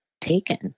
taken